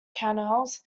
canals